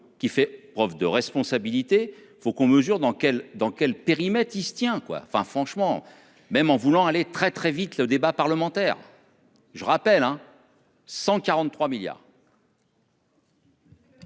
qui fait preuve de responsabilité. Faut qu'on mesure dans quel, dans quel périmètre, il se tient quoi enfin franchement même en voulant aller très très vite le débat parlementaire. Je rappelle hein. 143 milliards.